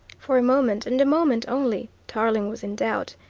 for a moment, and a moment only, tarling was in doubt.